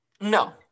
No